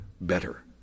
better